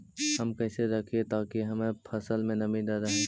हम कैसे रखिये ताकी हमर फ़सल में नमी न रहै?